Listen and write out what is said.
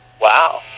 Wow